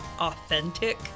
authentic